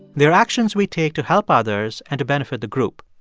they're actions we take to help others and to benefit the group.